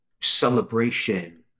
celebration